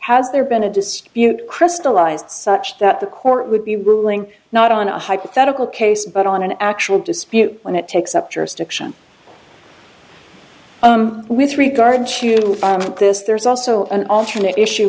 has there been a dispute crystalized such that the court would be ruling not on a hypothetical case but on an actual dispute when it takes up jurisdiction with regard to this there's also an alternate issue